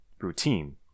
routine